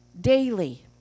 daily